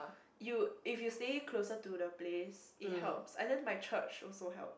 you if you stay closer to the place it helps and then my church also help